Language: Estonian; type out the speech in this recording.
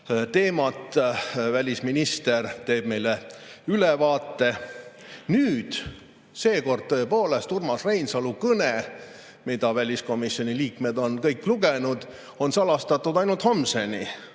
teemat. Välisminister teeb meile ülevaate. Seekord tõepoolest Urmas Reinsalu kõne, mida väliskomisjoni liikmed on kõik lugenud, on salastatud, aga ainult homseni.